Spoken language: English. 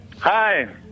Hi